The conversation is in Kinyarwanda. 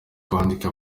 kwandika